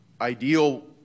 ideal